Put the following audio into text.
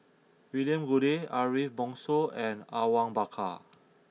William Goode Ariff Bongso and Awang Bakar